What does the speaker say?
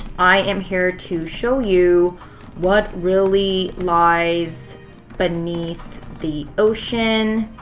i am here to show you what really lies beneath the ocean.